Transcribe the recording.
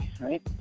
right